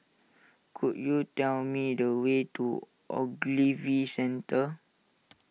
could you tell me the way to Ogilvy Centre